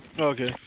Okay